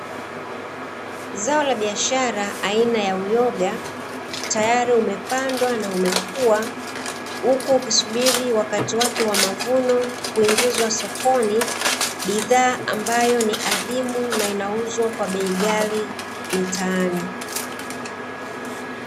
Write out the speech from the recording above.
Zao la biashara aina ya uyoga, tayari umepandwa na umekua, huku ukisubiri wakati wake wa mavuno kuingizwa sokoni, bidhaa ambayo ni adimu na inauzwa kwa bei ghali mtaani.